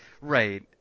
Right